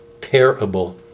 terrible